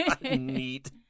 Neat